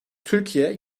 türkiye